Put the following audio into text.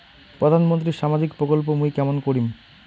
প্রধান মন্ত্রীর সামাজিক প্রকল্প মুই কেমন করিম?